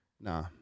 nah